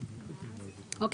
אוקיי?